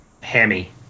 hammy